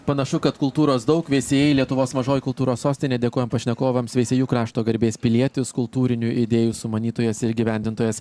panašu kad kultūros daug veisiejai lietuvos mažoji kultūros sostinė dėkojam pašnekovams veisiejų krašto garbės pilietis kultūrinių idėjų sumanytojas ir įgyvendintojas